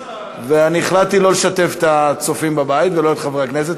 אני החלטתי לא לשתף את הצופים בבית ולא את חברי הכנסת,